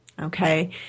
okay